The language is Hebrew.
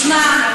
תשמע,